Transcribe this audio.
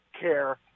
care